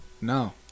No